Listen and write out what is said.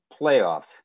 playoffs